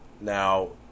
Now